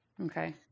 Okay